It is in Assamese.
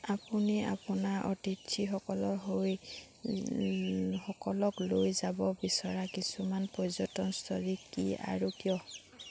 আপুনি আপোনাৰ অতিথিসকলৰ হৈ সকলক লৈ যাব বিচৰা কিছুমান পৰ্যটনস্থলী কি আৰু কিয়